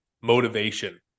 motivation